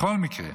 בכל מקרה,